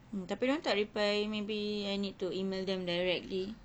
tapi dorang tak reply maybe I need to email them directly